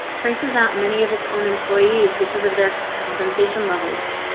places out many of its own employees because of their compensation levels.